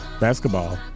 basketball